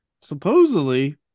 supposedly